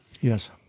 Yes